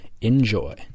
Enjoy